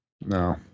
no